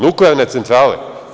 Nuklearne centrale?